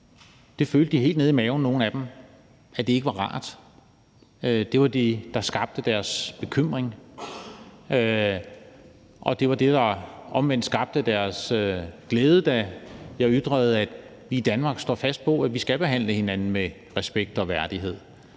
af dem helt nede i maven ikke var rart. Det var det, der skabte deres bekymring, og det var det, der omvendt skabte deres glæde, altså da jeg ytrede, at vi i Danmark står fast på, at vi skal behandle hinanden med respekt og værdighed,